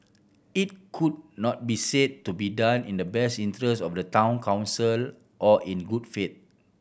it could not be said to be done in the best interest of the Town Council or in good faith